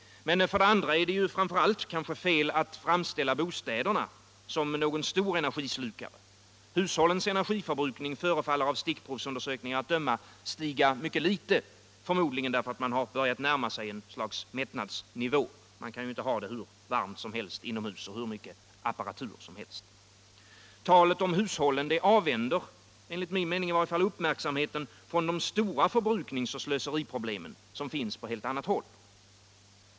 För det andra är det framför allt fel att framställa bostäderna som någon stor energislukare. Hushållens energitörbrukning förefaller av stickprovsundersökningar att döma stiga mycket litet. förmodligen därför att man har börjat närma sig en miättnadsnivå - man kan ju inte ha det hur varmt som helst inomhus och hur mycket apparatur som helst. Talet om hushållen avvänder — enligt min mening i varje fall — uppmärksamheten från de stora förbrukningsoch slöseriproblemen. som finns på helt annat håll.